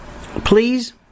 Please